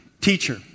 Teacher